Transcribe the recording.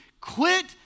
Quit